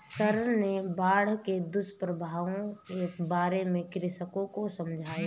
sir ने बाढ़ के दुष्प्रभावों के बारे में कृषकों को समझाया